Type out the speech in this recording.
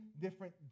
different